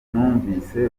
numvise